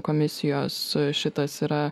komisijos šitas yra